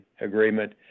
agreement